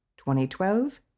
2012